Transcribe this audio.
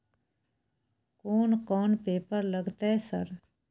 कोन कौन पेपर लगतै सर?